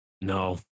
No